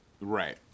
right